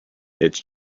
its